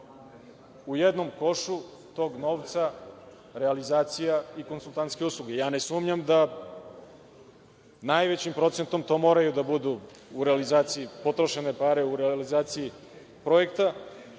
u jednom košu tog novca realizacija i konsultantske usluge. Ne sumnjam da najvećim procentom to moraju da budu potrošene pare u realizaciji projekta,